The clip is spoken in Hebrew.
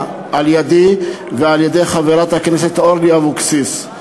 על ידי ועל-ידי חברת הכנסת אורלי אבקסיס.